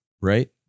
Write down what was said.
right